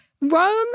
Rome